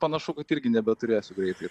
panašu kad irgi nebeturėsiu greitai